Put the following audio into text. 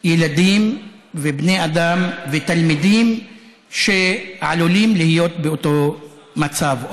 ילדים ובני אדם ותלמידים שעלולים להיות באותו מצב,